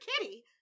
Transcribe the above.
Kitty